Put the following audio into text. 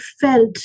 felt